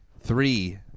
Three